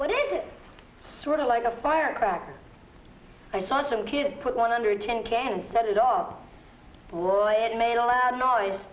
what is it sort of like a firecracker i saw some kids put one hundred ten can set it all lloyd made a loud noise